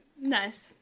Nice